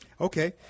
Okay